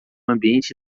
ambiente